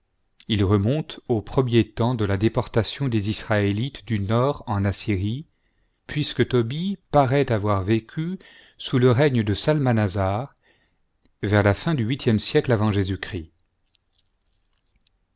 il remonte aux premiers temps de la déportation des israélites du nord en assyrie puisque tobie paraît avoir vécu sous le règne de salmanasar vers la fin du viu siècle avant